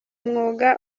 mwuga